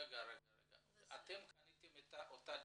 --- אתם קניתם אותה דירה?